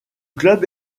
club